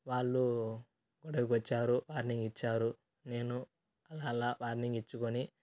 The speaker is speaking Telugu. వాళ్ళు గొడవకొచ్చారు వార్నింగ్ ఇచ్చారు నేను అలా అలా వార్నింగ్ ఇచ్చుకొని